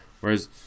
Whereas